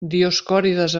dioscòrides